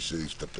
הישיבה ננעלה בשעה